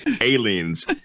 aliens